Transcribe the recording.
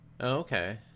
okay